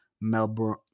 Melbourne